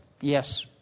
yes